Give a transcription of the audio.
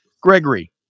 Gregory